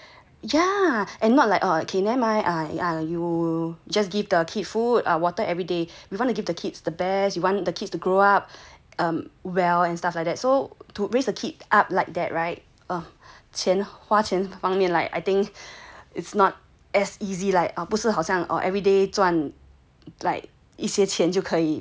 yeah and not like oh okay never mind uh you you just give the kid food or water every day we want to give the kids the best you want the kids to grow up um well and stuff like that so to raise a kid up like that right 钱花钱方面 like I think it's not as easy like 不是好像 oh everyday 赚